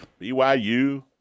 BYU